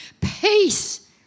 Peace